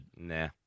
Nah